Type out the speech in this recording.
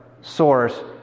source